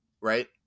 right